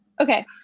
Okay